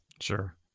sure